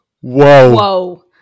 Whoa